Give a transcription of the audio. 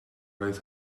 roedd